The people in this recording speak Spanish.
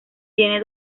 tiene